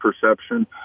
perception